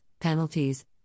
Penalties